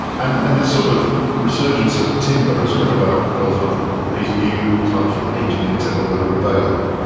and and the sort of resurgence of timber has come about because of these new types of engineered timber that are available.